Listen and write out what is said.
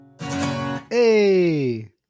hey